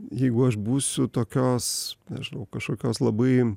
jeigu aš būsiu tokios nežinau kažkokios labai